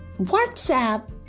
WhatsApp